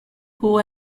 who